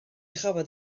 chafodd